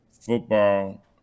football